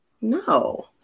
No